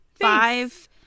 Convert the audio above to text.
five